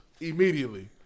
Immediately